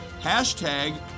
hashtag